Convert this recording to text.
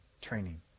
training